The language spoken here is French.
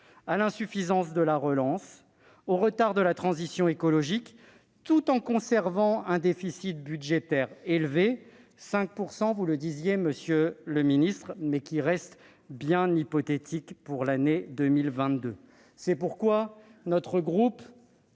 à l'insuffisance de la relance et au retard de la transition écologique, tout en conservant un déficit budgétaire élevé- à hauteur de 5 %, avez-vous dit, monsieur le ministre -, mais qui reste bien hypothétique pour l'année 2022. C'est pourquoi notre groupe,